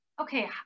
okay